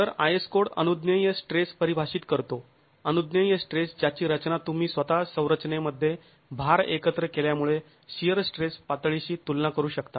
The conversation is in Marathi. तर आय एस कोड अनुज्ञेय स्ट्रेस परिभाषित करतो अनुज्ञेय स्ट्रेस ज्याची रचना तुम्ही स्वतः संरचनेमध्ये भार एकत्र केल्यामुळे शिअर स्ट्रेस पातळीशी तुलना करू शकता